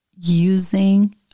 using